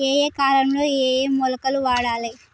ఏయే కాలంలో ఏయే మొలకలు వాడాలి?